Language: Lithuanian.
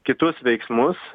kitus veiksmus